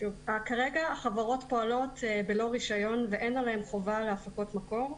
כרגע החברות פועלות ללא רישיון ואין עליהן חובה להפקות מקור,